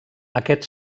aquest